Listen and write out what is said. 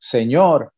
Señor